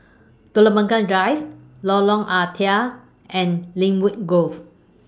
Telok Blangah Drive Lorong Ah Thia and Lynwood Grove